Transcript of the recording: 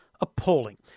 appalling